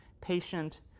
Patient